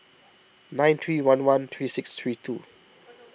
nine three one one three six three two